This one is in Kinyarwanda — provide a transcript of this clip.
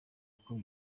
ako